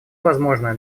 возможное